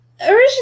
Originally